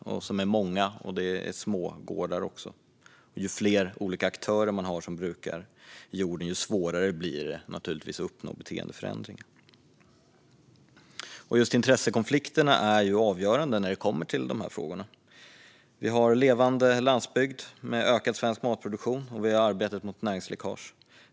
Det är också många och små gårdar. Ju fler aktörer som brukar jorden, desto svårare blir det naturligtvis att uppnå beteendeförändringar. Just intressekonflikterna är avgörande när det kommer till dessa frågor. Vi har en levande landsbygd med ökad svensk matproduktion, och vi har arbetet mot näringsläckage.